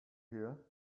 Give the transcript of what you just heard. here